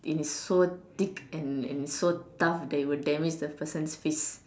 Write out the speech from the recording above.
and it's so thick and and it's so tough that it will damage the person's face